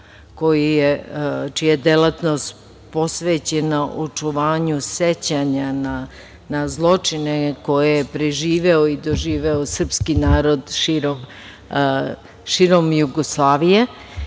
čija je delatnost posvećena očuvanju sećanja na zločine koje je preživeo i doživeo srpski narod širom Jugoslavije